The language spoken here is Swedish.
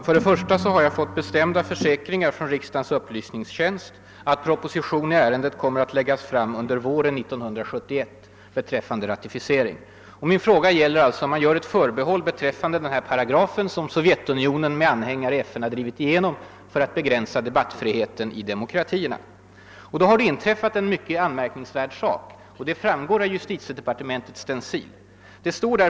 Herr talman! Jag har fått försäkringar från riksdagens upplysningstjänst att proposition om ratificering kommer att läggas fram under våren 1971. Min fråga gäller alltså om man då kommer att göra förbehåll beträffande den här paragrafen, som Sovjetunionen med an hängare i FN har drivit igenom för att begränsa debattfriheten i demokratierna. Det har nu inträffat något mycket anmärkningsvärt, vilket framgår av justitiedepartementets stencil.